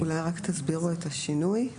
תסבירו את השינוי.